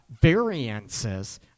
variances